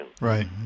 Right